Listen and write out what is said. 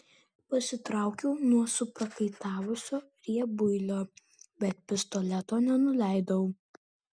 pasitraukiau nuo suprakaitavusio riebuilio bet pistoleto nenuleidau